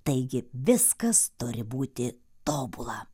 taigi viskas turi būti tobula